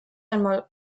einmal